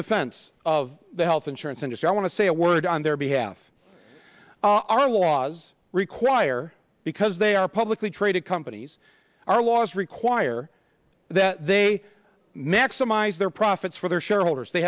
defense of the health insurance industry i want to say a word on their behalf our laws require because they are publicly traded companies our laws require that they maximize their profits for their shareholders they